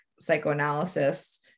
psychoanalysis